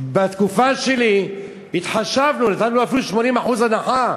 בתקופה שלי התחשבנו, נתנו לו אפילו 80% הנחה.